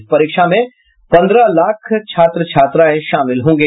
इस परीक्षा में पन्द्रह लाख छात्र छात्राएं शामिल होंगे